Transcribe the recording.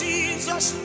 Jesus